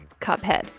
Cuphead